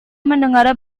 mendengarnya